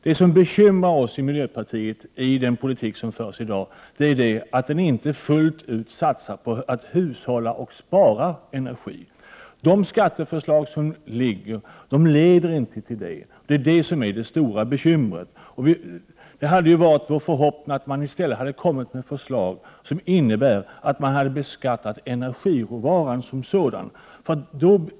Det som bekymrar oss i miljöpartiet i den politik som förs i dag är att den inte fullt ut satsar på att hushålla med och spara energi. De skatteförslag som ligger leder inte till hushållande och sparande. Detta är det stora bekymret. Det var vår förhoppning att man skulle komma med förslag som innebär att man beskattar energiråvaran som sådan.